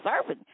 serving